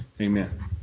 amen